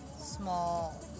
small